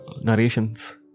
narrations